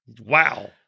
Wow